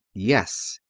yes.